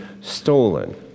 stolen